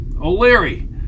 O'Leary